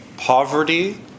Poverty